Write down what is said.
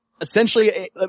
essentially